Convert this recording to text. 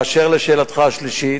3. באשר לשאלתך השלישית,